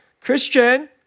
Christian